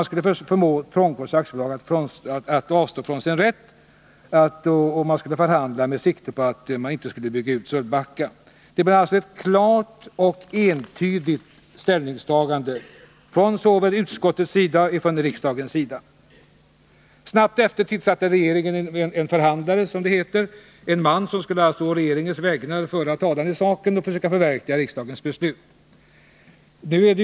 Det var alltså ett klart och entydigt ställningstagande såväl från utskottets som från riksdagens sida. Kort därefter tillsatte regeringen en förhandlare, en man som skulle på regeringens vägnar föra talan i saken och försöka förverkliga riksdagens beslut.